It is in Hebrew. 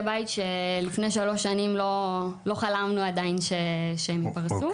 בית שלפני שלוש שנים לא חלמנו עדיין שהם יפרסו.